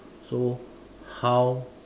so how